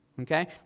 okay